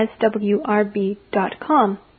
swrb.com